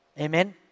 Amen